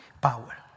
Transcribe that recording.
power